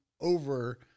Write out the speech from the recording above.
over